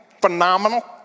phenomenal